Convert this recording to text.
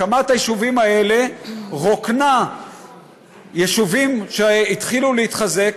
הקמת היישובים האלה רוקנה יישובים שהתחילו להתחזק,